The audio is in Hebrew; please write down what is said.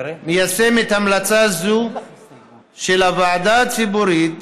מיישמת המלצה זו של הוועדה הציבורית,